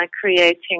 creating